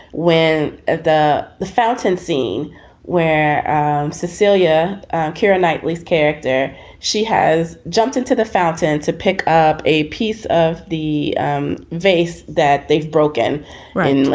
where at the the fountain scene where cecilia karen knightley's character, she has jumped into the fountain to pick up a piece of the um face that they've broken right now.